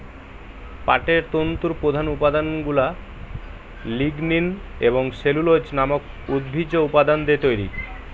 পাটের তন্তুর প্রধান উপাদানগুলা লিগনিন এবং সেলুলোজ নামক উদ্ভিজ্জ উপাদান দিয়ে তৈরি